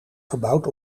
gebouwd